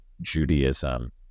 Judaism